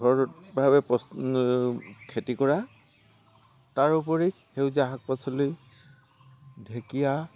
ঘৰত ভাৱে খেতি কৰা তাৰোপৰি সেউজীয়া শাক পাচলি ঢেকীয়া